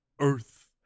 Earth